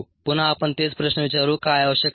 पुन्हा आपण तेच प्रश्न विचारू काय आवश्यक आहे